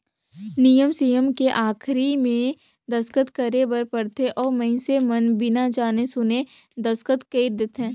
नियम सियम के आखरी मे दस्खत करे बर परथे अउ मइनसे मन बिना जाने सुन देसखत कइर देंथे